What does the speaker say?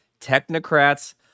technocrats